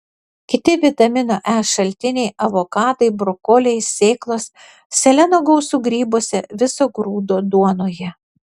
kiti vitamino e šaltiniai avokadai brokoliai sėklos seleno gausu grybuose viso grūdo duonoje